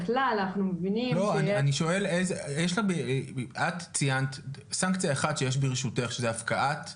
את ציינת סנקציה אחת שיש ברשותך, שזו הפקעת תקנים.